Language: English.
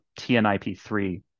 TNIP3